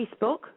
Facebook